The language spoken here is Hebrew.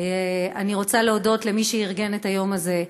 אני רוצה להודות למי שארגן את היום הזה,